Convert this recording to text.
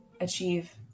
achieve